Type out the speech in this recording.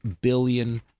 billion